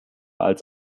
als